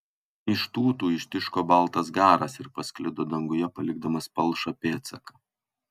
iš tūtų ištiško baltas garas ir pasklido danguje palikdamas palšą pėdsaką